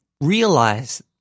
realize